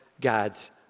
God's